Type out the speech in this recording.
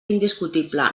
indiscutible